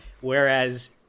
whereas